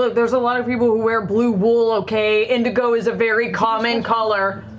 there's a lot of people who wear blue wool, okay? indigo is a very common color!